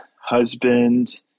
husband